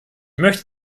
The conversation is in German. möchte